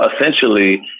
essentially